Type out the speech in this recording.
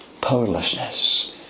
powerlessness